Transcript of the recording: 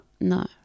No